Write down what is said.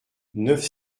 neuf